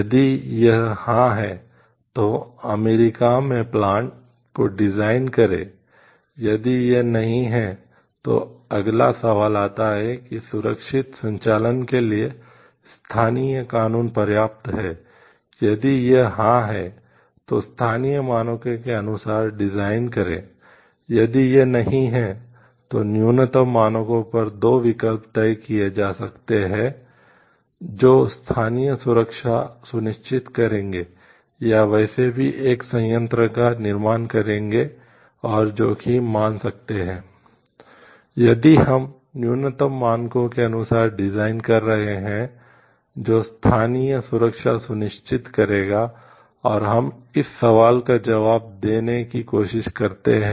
यदि यह नहीं है तो न्यूनतम मानकों पर दो विकल्प तय किए जा सकते हैं जो स्थानीय सुरक्षा सुनिश्चित करेंगे या वैसे भी एक संयंत्र का निर्माण करेंगे और जोखिम मान सकते हैं